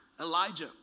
Elijah